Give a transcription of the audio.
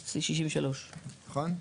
נכון?